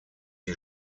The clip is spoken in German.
die